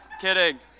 kidding